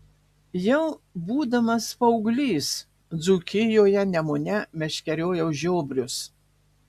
jau būdamas paauglys dzūkijoje nemune meškeriojau žiobrius